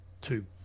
two